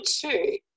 two